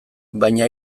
baina